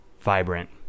vibrant